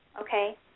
okay